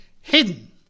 hidden